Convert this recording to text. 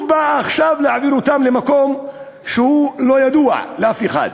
עכשיו באה שוב להעביר אותם למקום שהוא לא ידוע לאף אחד,